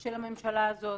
של הממשלה הזאת.